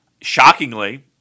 shockingly